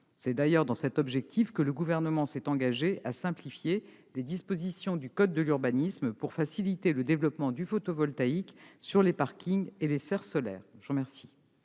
C'est d'ailleurs dans cet objectif qu'il s'est engagé à simplifier les dispositions du code de l'urbanisme pour faciliter le développement du photovoltaïque sur les parkings et les serres solaires.